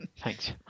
Thanks